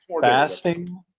fasting